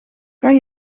kan